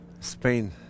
Spain